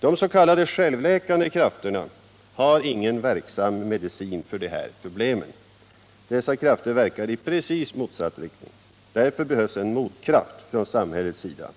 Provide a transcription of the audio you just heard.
De s.k. självläkande krafterna har ingen verksam medicin för de här problemen. Dessa krafter verkar i precis motsatt riktning. Därför behövs en motkraft från samhällets sida.